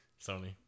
Sony